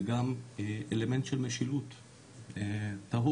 זה גם אלמנט של משילות טהור,